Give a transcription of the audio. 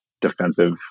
defensive